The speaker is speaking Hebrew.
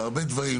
והרבה דברים.